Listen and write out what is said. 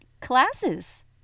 classes